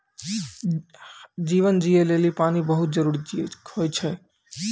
जीवन जियै लेलि पानी बहुत जरूरी होय छै?